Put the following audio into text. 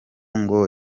ngo